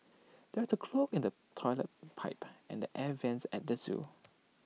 there's A clog in the Toilet Pipe and the air Vents at the Zoo